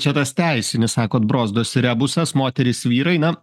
čia tas teisinis sakot brozdosi rebusas moterys vyrai na